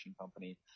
company